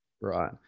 Right